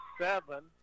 seven